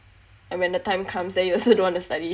and when the time comes you also don't want to study